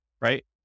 right